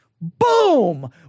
boom